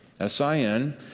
S-I-N